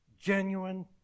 genuine